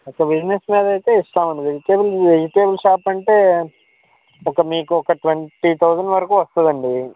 ఒక బిజినెస్ మీద అయితే ఇస్తామండి వెజిటెబుల్ వెజిటెబుల్ షాప్ అంటే ఒక మీకు ఒక ట్వంటీ థౌసండ్ వరకు వస్తుంది అండి